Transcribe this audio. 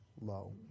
low